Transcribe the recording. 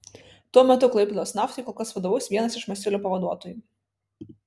tuo metu klaipėdos naftai kol kas vadovaus vienas iš masiulio pavaduotojų